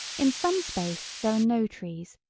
in some space there are no trees,